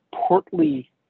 portly